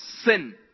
sin